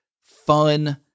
fun